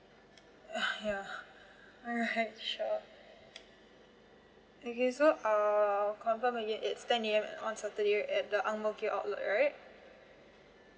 uh ya alright sure okay so err confirm again it's ten A_M on saturday at the ang mo kio outlet right